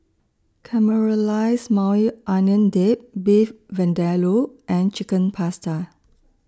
Caramelized Maui Onion Dip Beef Vindaloo and Chicken Pasta